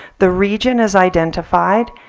the region is identified.